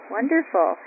Wonderful